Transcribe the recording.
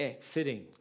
Sitting